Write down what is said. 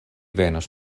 venos